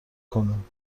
کنین